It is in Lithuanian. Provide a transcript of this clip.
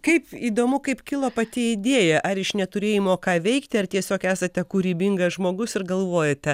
kaip įdomu kaip kilo pati idėja ar iš neturėjimo ką veikti ar tiesiog esate kūrybingas žmogus ir galvojate